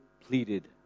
pleaded